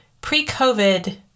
pre-COVID